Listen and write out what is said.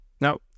Now